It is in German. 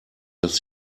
dass